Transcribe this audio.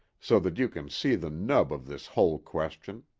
so that you can see the nub of this whole question.